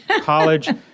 College